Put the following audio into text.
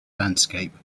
landscape